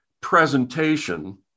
presentation